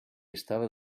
estava